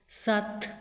ਸੱਤ